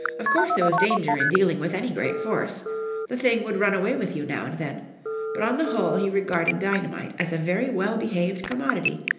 of course there was danger in dealing with any great force the thing would run away with you now and then but on the whole he regarded dynamite as a very well behaved commodity,